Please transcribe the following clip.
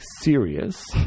serious